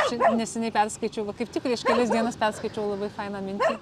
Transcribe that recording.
čia neseniai perskaičiau va kaip tik prieš kelias dienas perskaičiau labai fainą mintį